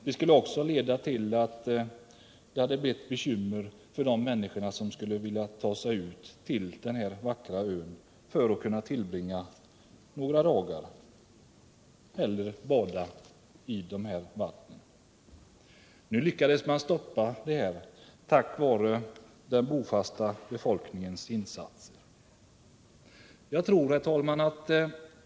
Det skulle också leda till bekymmer för de människor som ville ta sig till denna vackra ö för att bada eller tillbringa några dagar där. Nu lyckades man stoppa detta projekt tack vare den bofasta befolkningens insatser. Herr talman!